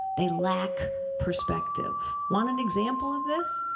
they lack perspective. want an example of this?